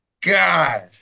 God